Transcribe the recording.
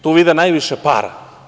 Tu vide najviše para.